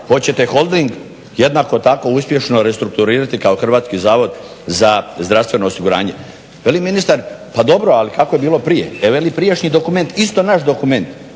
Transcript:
hoćete Holding jednako tako uspješno restrukturirati kao HZZO. Veli ministar pa dobro ali kako je bilo prije. Veli prijašnji dokument, isto naš dokument